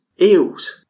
Eels